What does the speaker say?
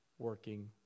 Working